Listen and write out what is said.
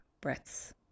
breaths